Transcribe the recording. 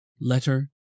Letter